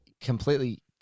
completely